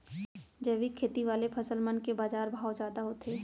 जैविक खेती वाले फसल मन के बाजार भाव जादा होथे